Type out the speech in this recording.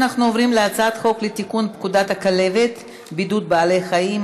אנחנו עוברים להצעת חוק לתיקון פקודת הכלבת (בידוד בעלי חיים),